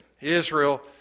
Israel